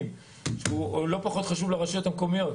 שהוא לא פחות חשוב לרשויות המקומיות,